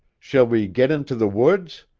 shall we git into the woods?